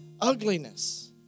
ugliness